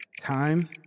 Time